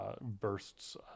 bursts